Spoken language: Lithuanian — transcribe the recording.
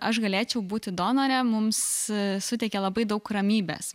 aš galėčiau būti donore mums suteikė labai daug ramybės